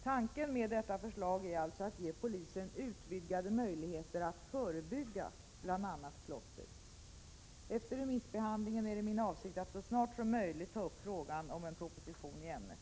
Tanken med detta förslag är alltså att ge polisen utvidgade möjligheter att förebygga bl.a. klotter. Efter remissbehandlingen är det min avsikt att så snart som möjligt ta upp frågan om en proposition i ämnet.